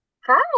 Hi